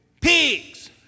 pigs